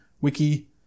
wiki